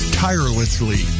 tirelessly